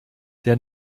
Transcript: der